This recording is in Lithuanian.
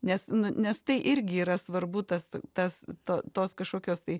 nes nu nes tai irgi yra svarbu tas tas tą tos kažkokios tai